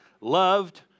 loved